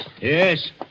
Yes